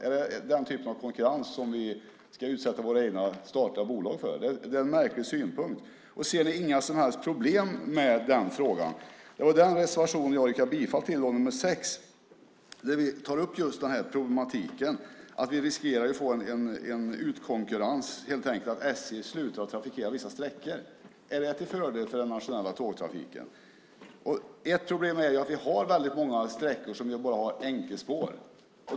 Är det den typen av konkurrens vi ska utsätta våra egna statliga bolag för? Det är en märklig synpunkt. Ser ni inga som helst problem med frågan? Jag yrkade bifall till reservation 6. Vi tar upp problemet att vi riskerar att det blir en utkonkurrenssituation, det vill säga att SJ slutar att trafikera vissa sträckor. Är det till fördel för den nationella tågtrafiken? Ett problem är att vi har många sträckor med enkelspår.